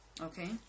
Okay